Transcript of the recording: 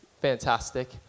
fantastic